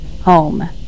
home